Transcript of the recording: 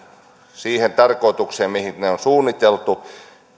siihen tarkoitukseen mihin ne ne on suunniteltu